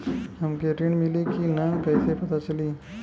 हमके ऋण मिली कि ना कैसे पता चली?